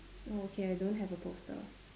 oh okay I don't have a poster